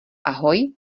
ahoj